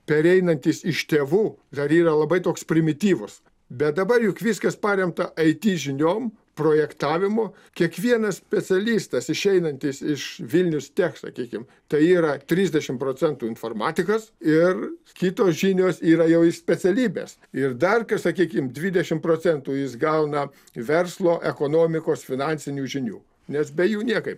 pereinantys iš tėvų dar yra labai toks primityvus bet dabar juk viskas paremta it žiniom projektavimu kiekvienas specialistas išeinantis iš vilnus tech sakykim tai yra trisdešimt procentų informatikas ir kitos žinios yra jau iš specialybės ir dar kai sakykim dvidešimt procentų jis gauna verslo ekonomikos finansinių žinių nes be jų niekaip